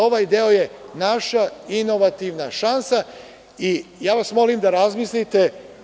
Ovaj deo, IT je naša inovativna šansa i molim vas da razmislite.